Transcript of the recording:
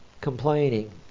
Complaining